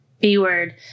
b-word